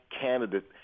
candidate